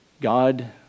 God